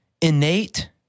innate